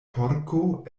porko